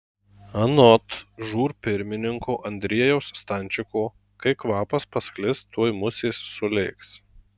anot žūr pirmininko andriejaus stančiko kai kvapas pasklis tuoj musės sulėks